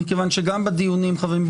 חברים,